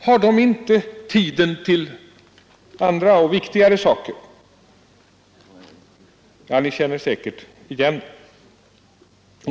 Har de inte tiden till andra och viktigare saker?” Ja, ni känner säkert igen det.